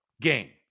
game